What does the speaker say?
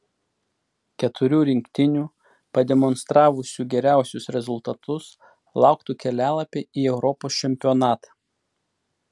keturių rinktinių pademonstravusių geriausius rezultatus lauktų kelialapiai į europos čempionatą